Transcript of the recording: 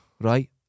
Right